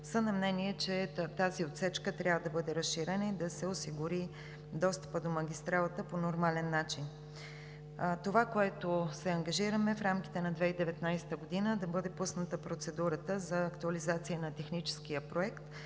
сме на мнение, че тази отсечка трябва да бъде разширена и да се осигури достъпът до магистралата по нормален начин. Това, което се ангажираме в рамките на 2019 г., е да бъде пусната процедурата за актуализация на Техническия проект,